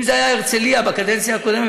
אם זאת הייתה הרצליה בקדנציה הקודמת,